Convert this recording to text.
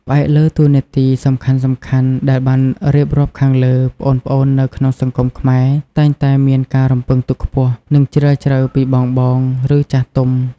ផ្អែកលើតួនាទីសំខាន់ៗដែលបានរៀបរាប់ខាងលើ ប្អូនៗនៅក្នុងសង្គមខ្មែរតែងតែមានការរំពឹងទុកខ្ពស់ និងជ្រាលជ្រៅពីបងៗ ឬចាស់ទុំ។